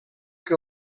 que